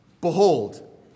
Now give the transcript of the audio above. Behold